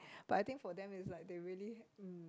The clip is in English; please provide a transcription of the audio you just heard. but I think for them is like they really mm